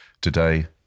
Today